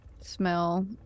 smell